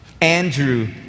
Andrew